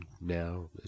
now